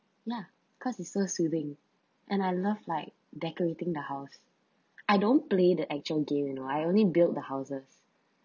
ya cause it so soothing and I love like decorating the house I don't play the actual game you know I only build the houses